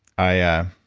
i